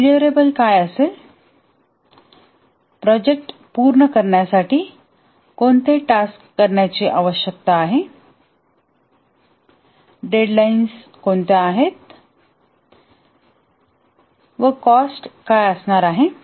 deliverable काय असेल project पूर्ण करण्यासाठी कोणती टास्क करण्याची आवश्यकता आहे डेडलाईन्स कोणत्या आहेत व कॉस्ट काय आहे